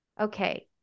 Okay